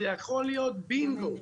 זה יכול להיות בינגו.